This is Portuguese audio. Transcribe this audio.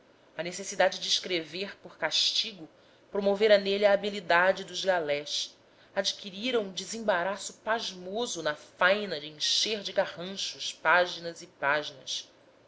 a necessidade de escrever por castigo promovera nele a habilidade dos galés adquirira um desembaraço pasmoso na faina de encher de garranchos páginas e páginas